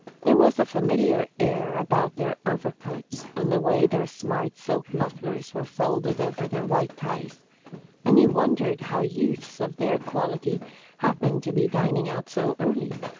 there was a familiar air about their overcoats and the way their smart silk mufflers were folded over their white ties and he wondered how youths of their quality happened to be dining out so early.